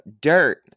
dirt